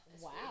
Wow